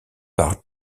par